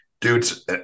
dude's